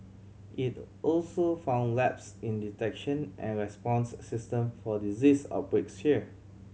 it also found lapse in detection and response system for disease outbreaks here